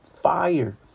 fire